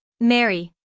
Mary